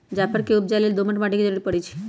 जाफर के उपजा लेल दोमट माटि के जरूरी परै छइ